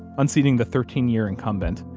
unseating the thirteen year incumbent.